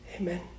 Amen